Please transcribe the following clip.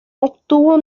obtuvo